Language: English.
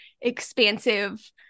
expansive